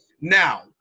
Now